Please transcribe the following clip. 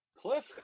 Cliff